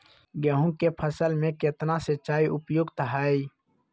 गेंहू के फसल में केतना सिंचाई उपयुक्त हाइ?